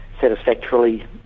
satisfactorily